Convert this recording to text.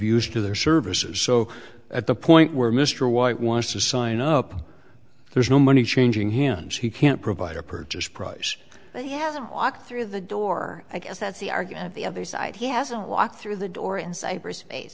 used to their services so at the point where mr white wants to sign up there's no money changing hands he can't provide a purchase price but he hasn't walked through the door i guess that's the argument of the other side he hasn't walked through the door in cyberspace